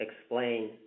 explain